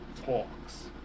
talks